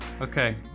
Okay